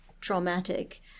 traumatic